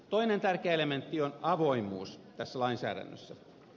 toinen tärkeä elementti on avoimuus tässä lainsäädännössä